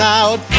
out